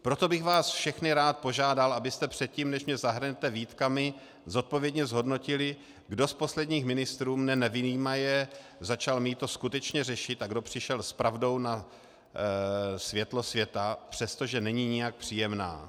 Proto bych vás všechny rád požádal, abyste předtím, než mě zahrnete výtkami, zodpovědně zhodnotili, kdo z posledních ministrů, mne nevyjímaje, začal mýto skutečně řešit a kdo přišel s pravdou na světlo světa přesto, že není nijak příjemná.